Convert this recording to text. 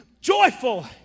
joyful